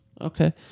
Okay